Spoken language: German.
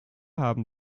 haben